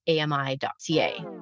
ami.ca